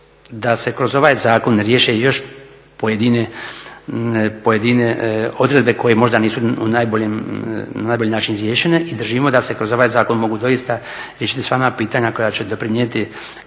da se kroz ovaj zakon riješe još pojedine odredbe koje možda nisu na najbolji način riješene i držimo da se kroz ovaj zakon mogu doista riješiti sva ona pitanja koja će doprinijeti